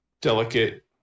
delicate